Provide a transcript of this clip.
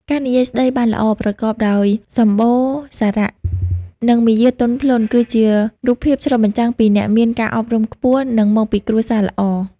ការនិយាយស្ដីបានល្អ ប្រកបដោយសម្បូរសារៈ និងមារយាទទន់ភ្លន់ គឺជារូបភាពឆ្លុះបញ្ចាំងពីអ្នកមានការអប់រំខ្ពស់ និងមកពីគ្រួសារល្អ។